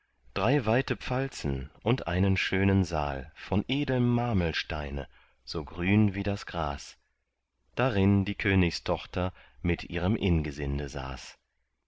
drei weite pfalzen und einen schönen saal von edelm marmelsteine so grün wie das gras darin die königstochter mit ihrem ingesinde saß